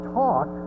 talk